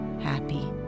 happy